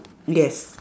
yes